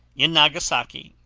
in nagasaki,